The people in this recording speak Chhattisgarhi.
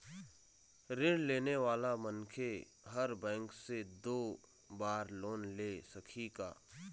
ऋण लेने वाला मनखे हर बैंक से दो बार लोन ले सकही का?